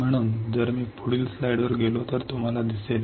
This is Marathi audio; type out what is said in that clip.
म्हणून जर मी पुढील स्लाइडवर गेलो तर तुम्हाला दिसेल